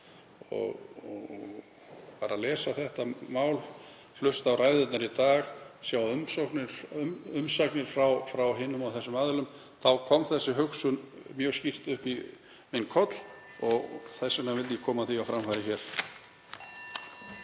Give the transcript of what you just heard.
ég var að lesa þetta mál, hlusta á ræðurnar í dag, lesa umsagnir frá hinum og þessum aðilum, þá kom þessi hugsun mjög skýrt upp í minn koll og þess vegna vildi ég koma því á framfæri hér.